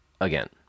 again